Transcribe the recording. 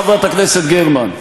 חברת הכנסת גרמן,